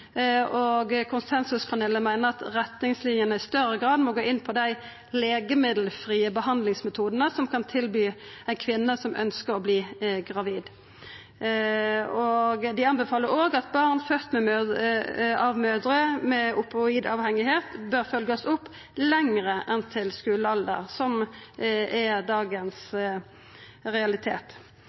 Og konsensuspanelet meiner at retningslinjene i større grad må gå inn på dei legemiddelfrie behandlingsmetodane ein kan tilby ei kvinne som ønskjer å verta gravid. Dei anbefaler også at barn fødde av mødrer med opioidavhengigheit bør følgjast opp lenger enn til skulealder, som er